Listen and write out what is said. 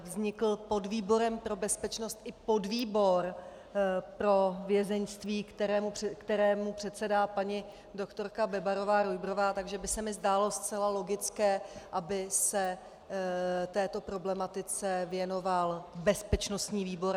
Vznikl pod výborem pro bezpečnost i podvýbor pro vězeňství, kterému předsedá paní doktorka BebarováRujbrová, takže by se mi zdálo zcela logické, aby se této problematice věnoval bezpečnostní výbor.